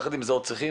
יחד עם זאת אם